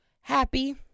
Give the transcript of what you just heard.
happy